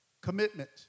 commitment